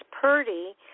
Purdy